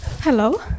Hello